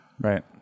Right